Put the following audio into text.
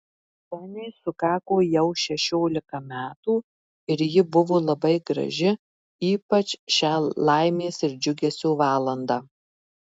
soniai sukako jau šešiolika metų ir ji buvo labai graži ypač šią laimės ir džiugesio valandą